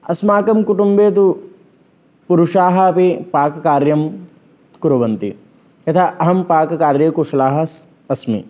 अस्माकं कुटुम्बे तु पुरुषाः अपि पाककार्यं कुर्वन्ति यथा अहं पाककार्ये कुशलः अस्मि